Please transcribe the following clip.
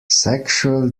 sexual